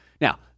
Now